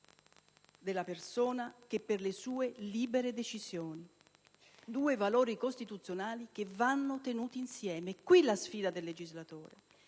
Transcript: della persona, che per le sue libere decisioni: due valori costituzionali che vanno tenuti insieme. È qui la sfida del legislatore